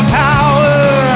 power